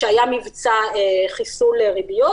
כשהיה מבצע חיסול ריביות.